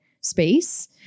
space